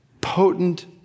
potent